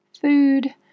food